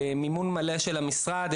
במימון מלא של המשרד,